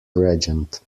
regent